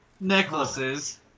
necklaces